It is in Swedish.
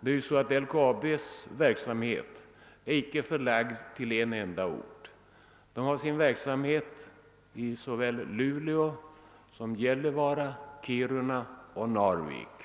LKAB:s verksamhet är inte förlagd till en enda ort. Företaget är verksamt i såväl Luleå som Gällivare, Kiruna och Narvik.